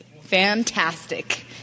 fantastic